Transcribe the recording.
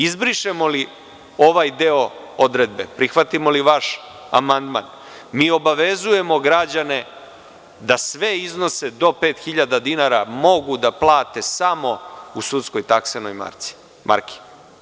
Izbrišemo li ovaj deo odredbe, prihvatimo li vaš amandman, mi obavezujemo građane da sve iznose do 5.000 dinara mogu da plate samo u sudskoj taksenoj marki.